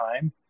time